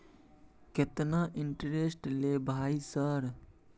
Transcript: केतना इंटेरेस्ट ले भाई सर?